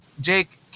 Jake